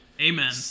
amen